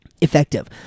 effective